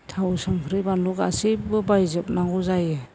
थाव संख्रि बानलु गासैबो बायजोबनांगौ जायो